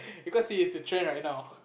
because he is the trend right now